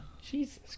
Jesus